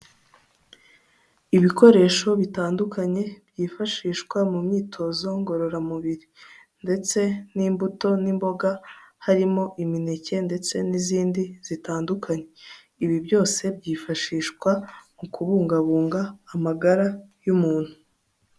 Ibikoresho bitandukanye byifashishwa mu myitozo ngororamubiri, ndetse n'imbuto n'imboga harimo imineke ndetse n'izindi zitandukanye, ibi byose byifashishwa mu kubungabunga amagara y'umuntu.